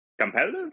competitive